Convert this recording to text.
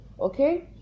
Okay